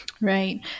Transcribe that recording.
Right